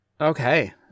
Okay